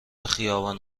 خیابان